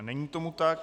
Není tomu tak.